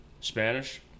Spanish